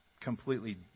completely